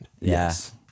Yes